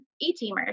E-teamers